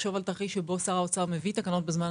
לחשוב גם על תרחיש שבו שר האוצר מביא תקנות בזמן,